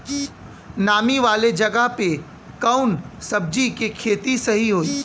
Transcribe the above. नामी वाले जगह पे कवन सब्जी के खेती सही होई?